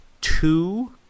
two